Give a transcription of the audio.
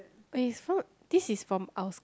eh it's from this is from our